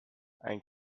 ein